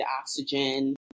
oxygen